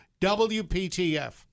WPTF